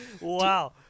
wow